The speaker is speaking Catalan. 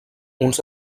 uns